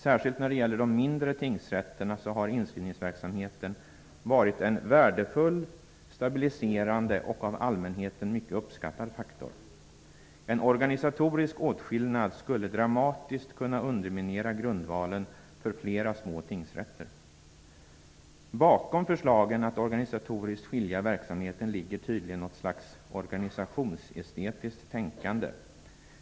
Särskilt när det gäller de mindre tingsrätterna har inskrivningsverksamheten varit en värdefull, stabiliserande och av allmänheten mycket uppskattad faktor. En organisatorisk åtskillnad skulle dramatiskt kunna underminera grundvalen för flera små tingsrätter. Bakom förslagen att organisatoriskt skilja verksamheterna ligger tydligen något slags organisationsestetiskt tänkande.